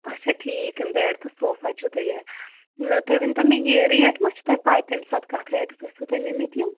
اَچھا ٹھیٖک بَیٚڈ تہٕ صوفا چھُو تُہۍ یہِ تُہۍ ؤنۍتَو مےٚ یہِ ریٹ ما چھُ تۄہہِ پَے تَمہِ ساتہٕ کَتھ ریٹَس ٲسوٕ تۅہہِ نِمٕتۍ یِم